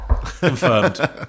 Confirmed